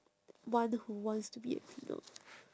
one who wants to be a cleaner